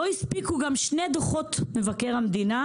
לא הספיקו גם שני דוחות מבקר המדינה,